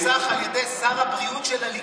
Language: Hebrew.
שנוסח על ידי שר הבריאות של הליכוד.